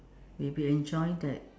we we enjoy that